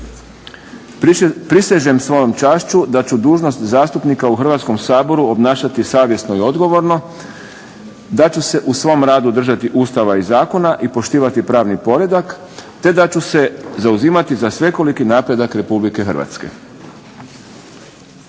"Prisežem svojom čašću da ću dužnost zastupnika u Hrvatskom saboru obnašati savjesno i odgovorno, da ću se u svom radu držati Ustava i zakona i poštivati pravni poredak, te da ću se zauzimati svekoliki napredak Republike Hrvatske."